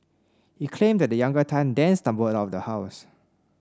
he claimed that the younger Tan then stumbled out of the house